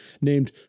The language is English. named